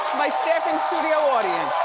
my staffing studio audience.